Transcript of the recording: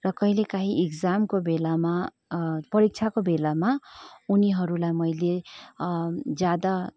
र कहिले कहीँ इक्जामको बेलामा परिक्षाको बेलामा उनीहरूलाई मैले ज्यादा